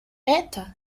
это